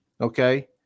Okay